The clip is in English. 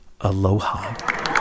aloha